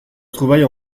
trouvailles